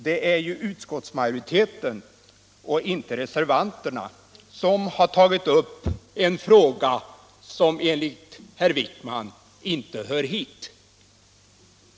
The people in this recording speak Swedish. Det är utskottsmajoriteten och inte reservanterna som har tagit upp en fråga som enligt herr Wijkman inte hör hit.